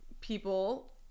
people